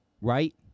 right